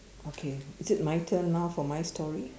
okay is it my turn now for my story